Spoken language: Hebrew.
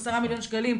10 מיליון שקלים.